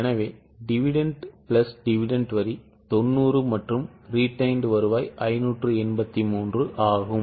எனவே dividend plus dividend வரி 90 மற்றும் retained வருவாய் 583 ஆகும்